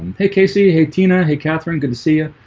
hey, casey. hey, tina hey catherine, good to see ah